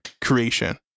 creation